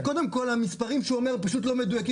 קודם כל, המספרים שהוא אומר פשוט לא מדויקים.